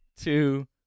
two